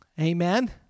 amen